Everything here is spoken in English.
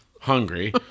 hungry